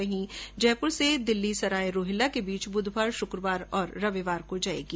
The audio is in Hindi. वही जयपुर से दिल्ली सराय रोहिल्ला के बीच बुधवार शक्रवार और रविवार को जायेगी